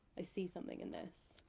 i see something in this?